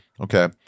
Okay